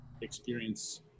experience